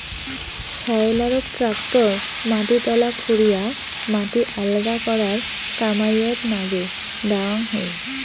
সয়েলারক tractor মাটি তলা খুরিয়া মাটি আলগা করার কামাইয়ত নাগে দ্যাওয়াং হই